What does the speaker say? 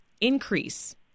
increase